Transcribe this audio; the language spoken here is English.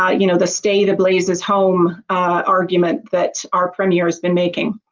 ah you know the stay the blazes home argument, that our premier has been making.